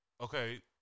Okay